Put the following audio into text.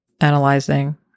analyzing